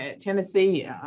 Tennessee